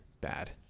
bad